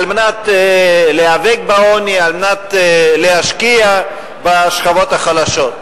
מנת להיאבק בעוני, על מנת להשקיע בשכבות החלשות.